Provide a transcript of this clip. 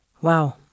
Wow